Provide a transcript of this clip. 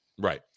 Right